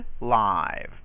live